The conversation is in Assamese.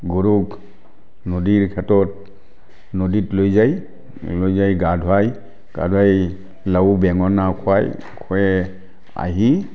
গৰুক নদীৰ ঘাটত নদীত লৈ যাই লৈ যাই গা ধুৱাই গা ধুৱাই লাও বেঙেনা খুৱাই খুৱাই আহি